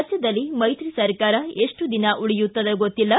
ರಾಜ್ಯದಲ್ಲಿ ಮೈತ್ರಿ ಸರ್ಕಾರ ಎಷ್ಟು ದಿನ ಉಳಿಯುತ್ತದೋ ಗೊತ್ತಿಲ್ಲ